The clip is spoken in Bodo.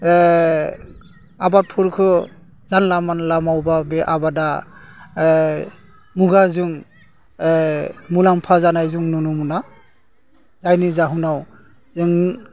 आबादफोरखौ जानला मोनला मावबा बे आबादा मुगाजों मुलाम्फा जानाय जों नुनो मोना जायनि जाहोनाव जों